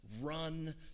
run